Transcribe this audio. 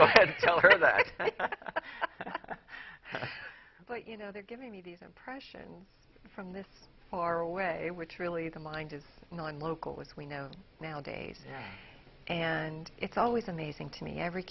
you tell her that i but you know they're giving me these impression from this far away which really the mind is non local which we know nowadays and it's always amazing to me every